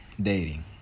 dating